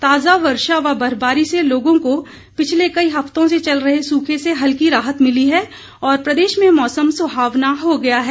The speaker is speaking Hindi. ताजा वर्षा व बर्फबारी से लोगों को पिछले कई हफतों से चल रहे सूखे से हल्की राहत मिली है और प्रदेश में मौसम सुहावना हो गया है